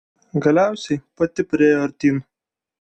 galiausiai pati priėjo artyn